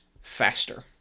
faster